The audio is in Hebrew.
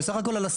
זה לא בסך הכל.